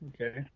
Okay